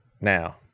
now